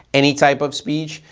any type of speech,